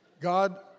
God